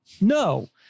No